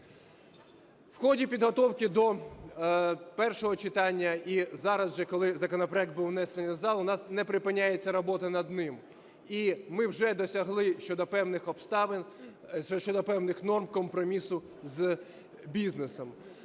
В ході підготовки до першого читання і зараз вже, коли законопроект був внесений в зал, у нас не припиняється робота над ним. І ми вже досягли щодо певних обставин, щодо певних норм компромісу з бізнесом.